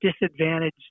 disadvantaged